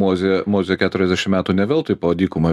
mozė mozė keturiasdešim metų ne veltui po dykumą